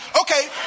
Okay